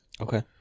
Okay